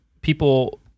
people